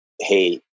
Hey